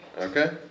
Okay